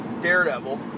Daredevil